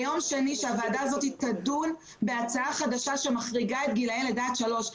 ביום שני שהוועדה הזאת תדון בהצעה חדשה שמחריגה את גילאי לידה עד שלוש.